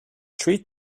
treat